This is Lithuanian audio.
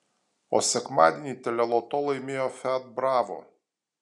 o sekmadienį teleloto laimėjo fiat bravo